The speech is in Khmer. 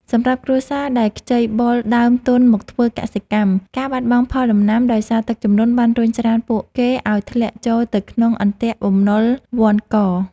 សម្រាប់គ្រួសារដែលខ្ចីបុលដើមទុនមកធ្វើកសិកម្ម ការបាត់បង់ផលដំណាំដោយសារទឹកជំនន់បានរុញច្រានពួកគេឱ្យធ្លាក់ចូលទៅក្នុងអន្ទាក់បំណុលវណ្ឌក។